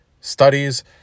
studies